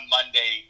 Monday